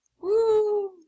Woo